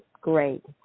great